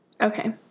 Okay